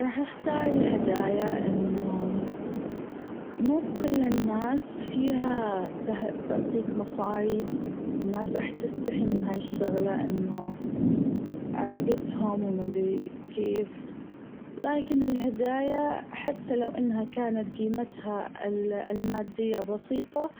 راح أختار الهدايا أنه مو بكل الناس فيها تعطيك مصاري ناس راح تستحي من ها الشغلة أنه علاجتهم وما ادري كيف لكن الهدايا حتى لو إنها كانت جيمتها ال المادية بسيطة